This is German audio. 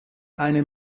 eine